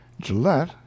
Gillette